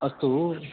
अस्तु